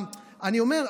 אני אומר,